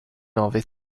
nove